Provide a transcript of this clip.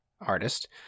artist